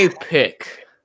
pick